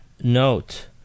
note